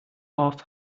off